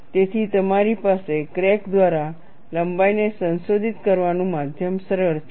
તેથી તમારી પાસે ક્રેક દ્વારા લંબાઈને સંશોધિત કરવાનું માધ્યમ સરળ છે